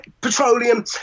petroleum